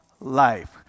life